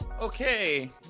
Okay